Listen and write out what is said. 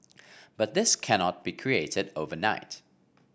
but this cannot be created overnight